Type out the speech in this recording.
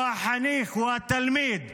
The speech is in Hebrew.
הוא החניך, הוא התלמיד,